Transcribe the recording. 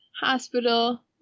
hospital